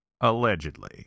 Allegedly